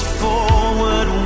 forward